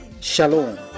Shalom